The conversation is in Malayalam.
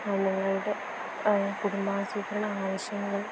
ഞങ്ങളുടെ കുടുംബാസൂത്രണാവശ്യങ്ങള്